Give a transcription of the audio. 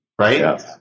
right